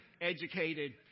educated